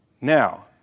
Now